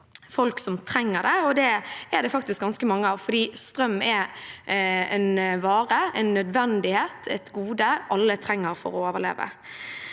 folk som trenger det. Det er det faktisk ganske mange av, fordi strøm er en vare, en nødvendighet og et gode alle trenger for å overleve.